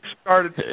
started